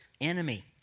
enemy